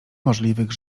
możliwych